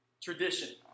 tradition